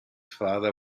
father